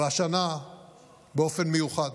והשנה באופן מיוחד.